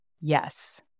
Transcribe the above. Yes